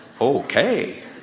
okay